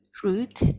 Fruit